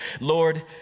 Lord